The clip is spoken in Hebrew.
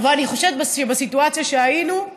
אבל אני חושבת שבסיטואציה שהיינו,